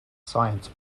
science